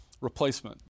replacement